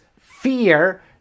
fear